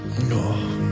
No